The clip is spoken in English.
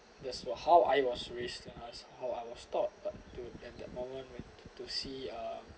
that's were how I was raised in us how I was stopped uh but at that moment when to to see uh